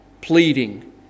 pleading